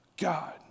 God